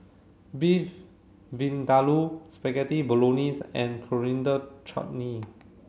Beef Vindaloo Spaghetti Bolognese and Coriander Chutney